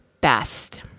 best